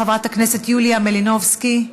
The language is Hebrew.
חברת הכנסת יוליה מלינובסקי,